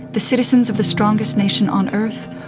the citizens of the strongest nation on earth,